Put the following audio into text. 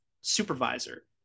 supervisor